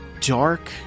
dark